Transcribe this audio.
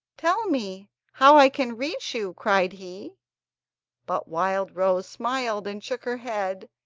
tell me how i can reach you cried he but wildrose smiled and shook her head,